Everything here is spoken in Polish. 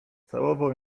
całował